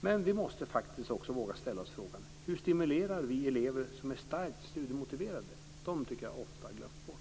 Men vi måste faktiskt också våga ställa oss frågan: Hur stimulerar vi elever som är starkt studiemotiverade? Dessa elever tycker jag ofta glöms bort.